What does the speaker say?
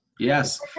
Yes